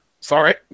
Sorry